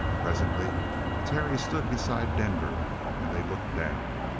presently terry stood beside denver and they looked down.